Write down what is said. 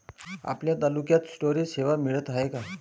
आपल्या तालुक्यात स्टोरेज सेवा मिळत हाये का?